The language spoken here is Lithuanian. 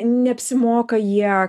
neapsimoka jie